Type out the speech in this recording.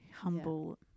humble